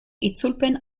itzulpen